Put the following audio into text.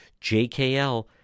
jkl